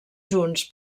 junts